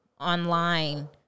online